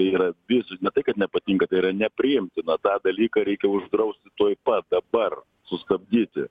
tai yra visai ne tai kad nepatinka tai yra nepriimtina tą dalyką reikia uždraust tuoj pat dabar sustabdyti